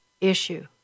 issue